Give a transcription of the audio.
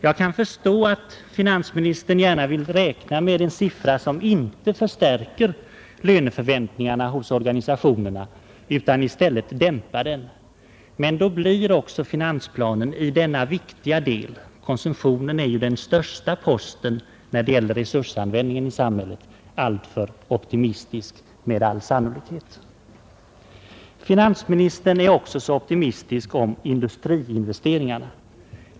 Jag kan förstå att finansministern gärna vill räkna med en siffra som inte förstärker löneförväntningarna hos organisationerna utan i stället dämpar dem, men då blir också finansplanen i denna viktiga del — konsumtionen är ju den största posten när det gäller resursanvändningen i samhället — med all sannolikhet alltför optimistisk. Finansministern är också alltför optimistisk om industriinvesteringarna.